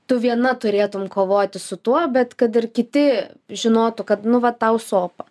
tu viena turėtum kovoti su tuo bet kad ir kiti žinotų kad nu va tau sopa